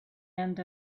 end